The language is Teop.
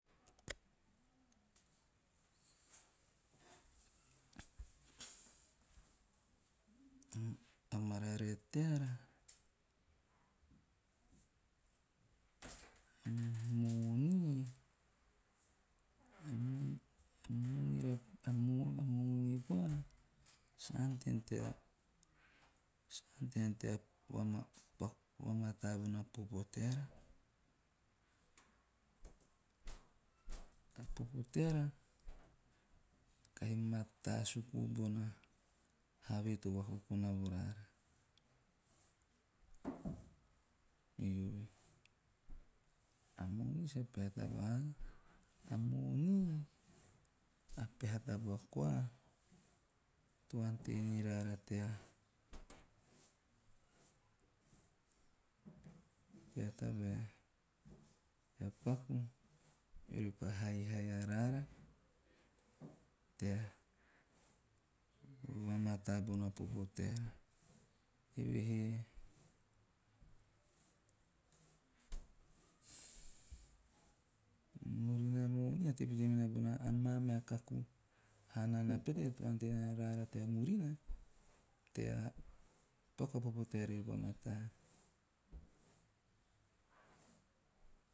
a mararae teara a moni - a moni bona sa ante haana - tea pakuvamataaa bona popo teara. A popo teara kahi matau suku bona have to vakoko ha voaara, eove. A moni sa peha taba haana. A moni, a peha taba koa to ante niraara tea tea tabae tea paku ore pa haihai tea va mataa bona popo teara. Eve he murina moni na pete minana bona maa meha kaku hanana pete to ante raara tea murina tea paku popo teara pa mataa.